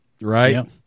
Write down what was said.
right